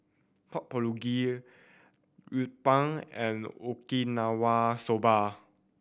Pork Bulgogi and Okinawa Soba